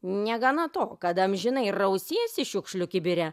negana to kad amžinai rausiesi šiukšlių kibire